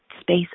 space